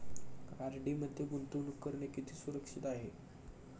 RD मध्ये गुंतवणूक करणे किती सुरक्षित आहे?